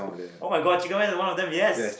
oh-my-god chicken rice is one of them yes